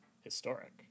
Historic